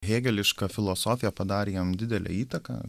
hėgeliška filosofija padarė jam didelę įtaką